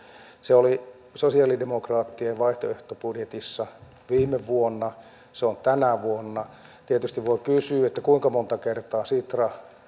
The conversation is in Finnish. se oli sosialidemokraattien vaihtoehtobudjetissa viime vuonna se on tänä vuonna tietysti voi kysyä kuinka monta kertaa